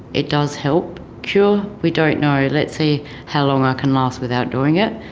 it does help cure. we don't know. let's see how long i can last without doing it.